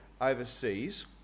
overseas